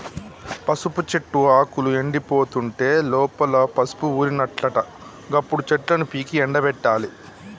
పసుపు చెట్టు ఆకులు ఎండిపోతుంటే లోపల పసుపు ఊరినట్లట గప్పుడు చెట్లను పీకి ఎండపెట్టాలి